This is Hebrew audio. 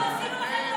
אנחנו עשינו לכם טובה.